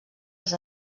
als